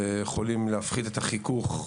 שיכולים להפחית את החיכוך,